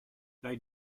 they